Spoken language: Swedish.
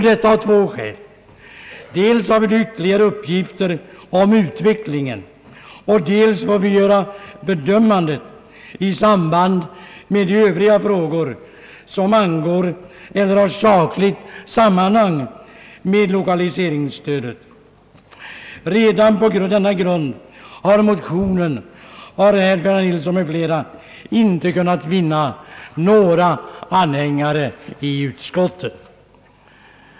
Detta av två skäl, dels därför att vi då har hunnit få ytterligare uppgifter om utvecklingen och dels därför att vi då har möjlighet att göra våra bedömanden i samband med de Övriga frågor som har sakligt sammanhang med lokaliseringsstödet. Redan på den grunden har motionen av herr Ferdinand Nilsson m.fl. inte kunnat vinna någon anhängare i utskottet.